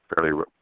fairly